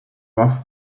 rough